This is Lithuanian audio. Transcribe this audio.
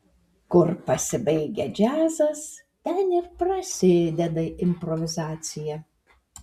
kur pasibaigia džiazas ten ir prasideda improvizacija